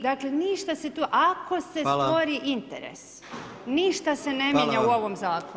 Dakle, ništa se tu, ako se stvori interes, ništa se ne mijenja u ovom Zakonu.